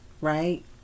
Right